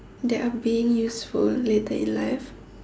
that are being useful later in life